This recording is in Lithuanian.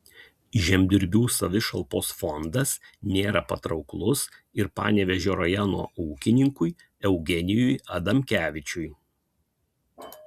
žemdirbių savišalpos fondas nėra patrauklus ir panevėžio rajono ūkininkui eugenijui adamkevičiui